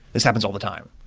this happens all the time.